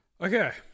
Okay